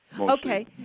Okay